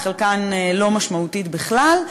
בחלקן היא לא משמעותית בכלל.